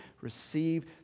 receive